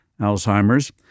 Alzheimer's